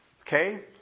Okay